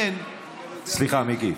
לכן, סליחה, מיקי.